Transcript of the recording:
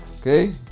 Okay